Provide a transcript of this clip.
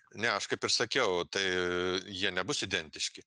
ne aš kaip ir sakiau tai jie nebus identiški